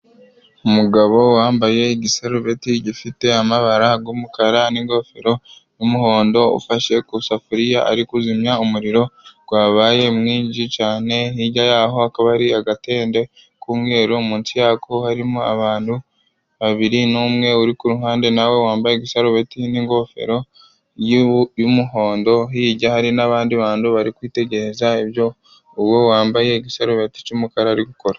Umugabo wambaye igisarubeti gifite amabara y'umukara n'ingofero y'umuhondo, ufashe ku isafuriya ari kuzimya umuriro wabaye mwinshi cyane, hirya yaho akaba ari agatende k'umweru, munsi yako harimo abantu babiri n'umwe uri ku ruhande na we wambaye isarubeti n'ingofero yu y'umuhondo, hirya hari n'abandi bantu bari kwitegereza ibyo uwo wambaye igisarubati cy'umukara ari gukora.